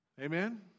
Amen